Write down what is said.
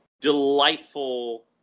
delightful